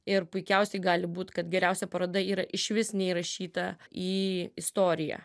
ir puikiausiai gali būt kad geriausia paroda yra išvis neįrašyta į istoriją